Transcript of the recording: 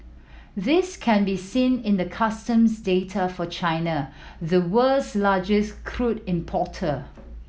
this can be seen in the customs data for China the world's largest crude importer